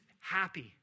happy